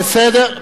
בסדר.